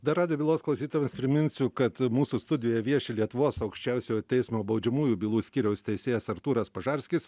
dar radvilos klausydamas priminsiu kad mūsų studijoj vieši lietuvos aukščiausiojo teismo baudžiamųjų bylų skyriaus teisėjas artūras pažarskis